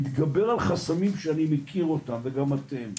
מתגבר על חסמים שאני מכיר אותם וגם אתם,